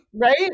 Right